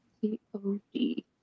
C-O-D